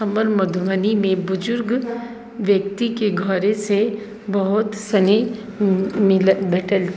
हमर मधुबनी मे बुजुर्ग व्यक्ति के घरे से बहुत सनी मिलल भेटल